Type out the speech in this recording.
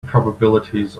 probabilities